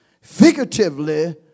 Figuratively